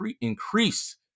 increase